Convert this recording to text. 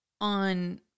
on